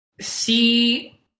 see